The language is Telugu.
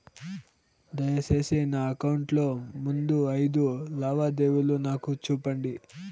దయసేసి నా అకౌంట్ లో ముందు అయిదు లావాదేవీలు నాకు చూపండి